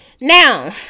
Now